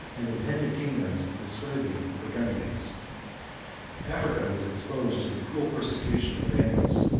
and the dependent kingdoms of the suevi and burgundians africa was exposed to the cruel persecution of the vandals,